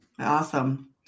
Awesome